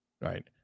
right